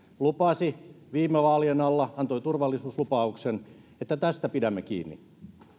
lupasi viime vaalien alla antoi turvallisuuslupauksen että tästä pidämme kiinni